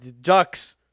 ducks